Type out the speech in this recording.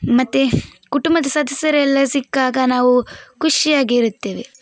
ಮತ್ತೆ ಕುಟುಂಬದ ಸದಸ್ಯರೆಲ್ಲ ಸಿಕ್ಕಾಗ ನಾವು ಖುಷಿಯಾಗಿರುತ್ತೇವೆ